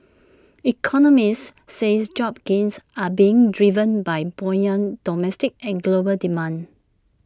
economists says job gains are being driven by buoyant domestic and global demand